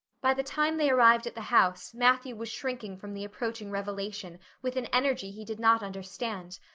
by the time they arrived at the house matthew was shrinking from the approaching revelation with an energy he did not understand.